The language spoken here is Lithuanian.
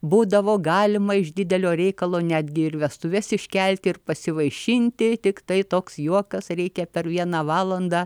būdavo galima iš didelio reikalo netgi ir vestuves iškelti ir pasivaišinti tiktai toks juokas reikia per vieną valandą